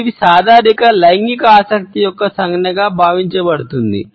ఇది సాధారణంగా లైంగిక ఆసక్తి యొక్క సంజ్ఞగా భావించబడుతుంది